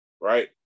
right